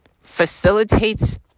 facilitates